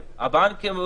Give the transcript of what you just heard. הבנק?